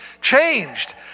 changed